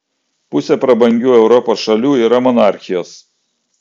pusė prabangių europos šalių yra monarchijos